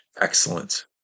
Excellent